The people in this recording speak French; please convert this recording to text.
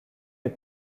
est